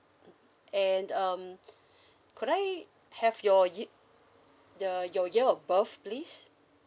mm and um could I have your y~ the your year of birth please